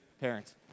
parents